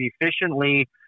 efficiently